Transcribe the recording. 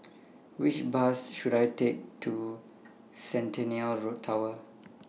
Which Bus should I Take to Centennial Tower